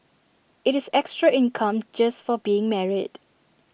IT is extra income just for being married